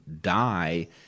die